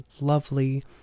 lovely